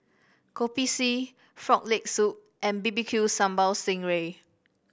Kopi C Frog Leg Soup and B B Q Sambal Sting Ray